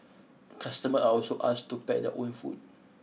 customers are also asked to pack their own food